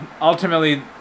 ultimately